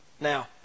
Now